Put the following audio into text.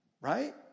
Right